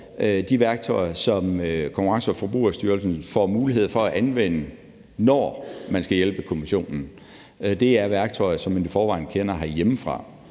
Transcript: de værktøjer, som Konkurrence- og Forbrugerstyrelsen får mulighed for at anvende, når man skal hjælpe Kommissionen, er værktøjer, som man i forvejen kender herhjemmefra,